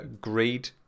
Greed